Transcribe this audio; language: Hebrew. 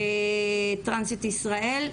טרנסיות ישראל,